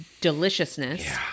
deliciousness